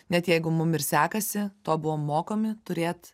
net jeigu mum ir sekasi to buvom mokomi turėt